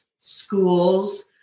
schools